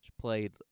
played